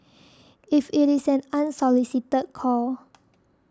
if it is an unsolicited call